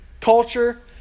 culture